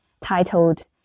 titled